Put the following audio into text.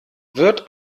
wird